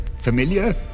Familiar